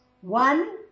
One